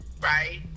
right